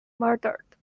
murdered